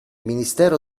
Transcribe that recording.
ministero